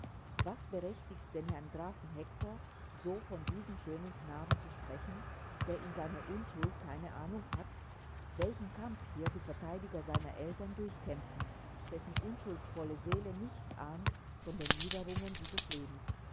was berechtigt den herrn grafen hektor so von diesem schönen knaben zu sprechen der in seiner unschuld keine ahnung hat welchen kampf hier die verteidiger seiner eltern durchkämpfen dessen unschuldsvolle seele nichts ahnt von den niederungen dieses lebens